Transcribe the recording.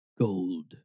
gold